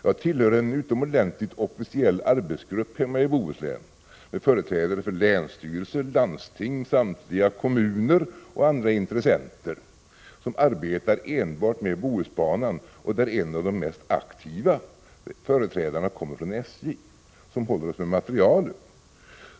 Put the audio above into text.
Jag tillhör en utomordentligt officiell arbetsgrupp hemma i Bohuslän med företrädare för länsstyrelse, landsting, samtliga kommuner och andra intressenter, som arbetar enbart med Bohusbanan och där en av de mest aktiva företrädarna kommer från SJ, som håller oss med materialet.